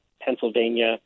Pennsylvania –